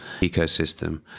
ecosystem